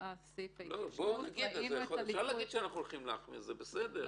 אפשר להגיד שאנחנו הולכים להחמיר, זה בסדר.